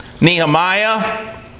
Nehemiah